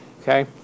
okay